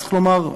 צריך לומר,